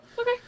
Okay